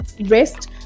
Rest